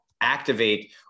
activate